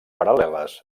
paral·leles